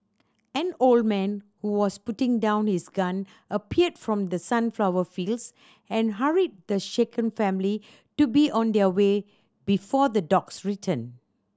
an old man who was putting down his gun appeared from the sunflower fields and hurried the shaken family to be on their way before the dogs return